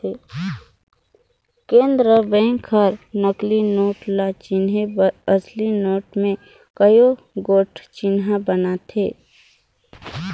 केंद्रीय बेंक हर नकली नोट ल चिनहे बर असली नोट में कइयो गोट चिन्हा बनाथे